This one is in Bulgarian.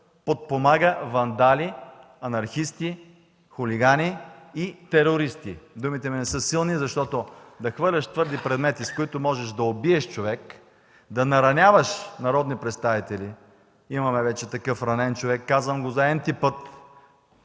подпомага вандали, анархисти, хулигани и терористи. Думите ми не са силни, защото да хвърляш твърди предмети, с които можеш да убиеш човек, да нараняваш народни представители – имаме вече такъв ранен човек, казвам го за „n“-ти път,